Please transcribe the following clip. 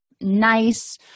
nice